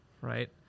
right